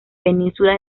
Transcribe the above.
península